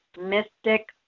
mystic